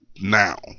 now